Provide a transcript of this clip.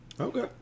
Okay